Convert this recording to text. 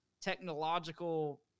technological